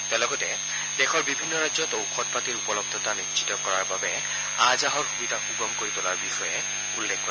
তেওঁ লগতে দেশৰ বিভিন্ন ৰাজ্যত ঔষধপাতিৰ উপলৰ্ধতা সুনিশ্চিত কৰাৰ বাবে আহ যাহৰ সুবিধা সুগম কৰি তোলাৰ বিষয়েও উল্লেখ কৰে